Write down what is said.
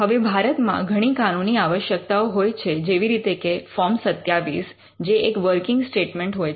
હવે ભારતમાં ઘણી કાનુની આવશ્યકતાઓ હોય છે જેવી રીતે કે ફોર્મ ૨૭ જે એક વર્કિંગ સ્ટેટમેન્ટ હોય છે